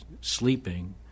sleeping